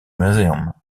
museum